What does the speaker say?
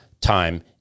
time